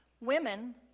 women